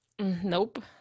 Nope